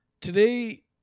today